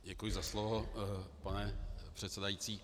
Děkuji za slovo, pane předsedající.